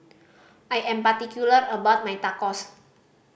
I am particular about my Tacos